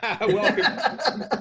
Welcome